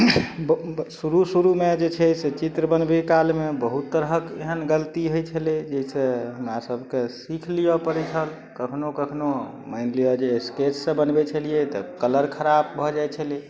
शुरू शुरूमे जे छै से चित्र बनबय कालमे बहुत तरहक एहन गलती होइ छलै जैसँ हमरा सभके सीख लिअ पड़य छल कखनो कखनो मानि लिअ जे स्केचसँ बनबय छलियै तऽ कलर खराब भऽ जाइ छलै